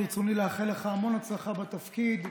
ברצוני לאחל לך המון הצלחה בתפקיד.